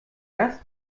das